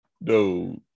No